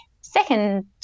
second